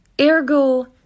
Ergo